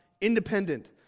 independent